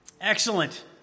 Excellent